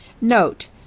Note